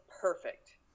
perfect